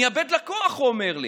אני אאבד לקוח, הוא אומר לי.